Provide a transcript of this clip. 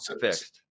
Fixed